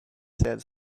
said